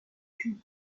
queue